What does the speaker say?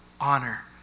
honor